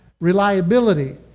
reliability